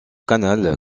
canal